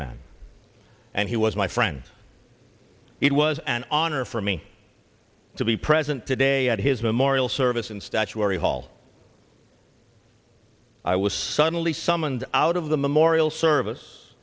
man and he was my friend it was an honor for me to be present today at his memorial service in statuary hall i was suddenly summoned out of the memorial service